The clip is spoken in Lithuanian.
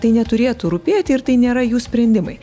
tai neturėtų rūpėti ir tai nėra jų sprendimai